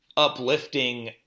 uplifting